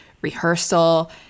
rehearsal